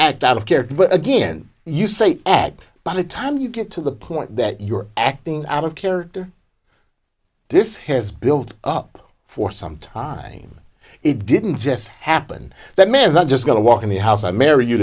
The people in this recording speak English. act out of character again you say that by the time you get to the point that you're acting out of character this has built up for some time and it didn't just happen that man i'm just going to walk in the house i marry you